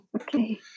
Okay